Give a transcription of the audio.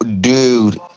Dude